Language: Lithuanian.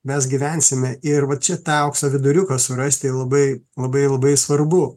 mes gyvensime ir va čia tą aukso viduriuką surasti labai labai labai svarbu